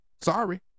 Sorry